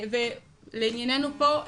ולעניינו פה,